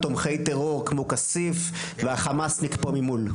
תומכי טרור כמו כסיף והחמאסניק פה ממול.